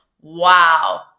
wow